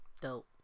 dope